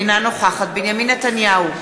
אינה נוכחת בנימין נתניהו,